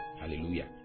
Hallelujah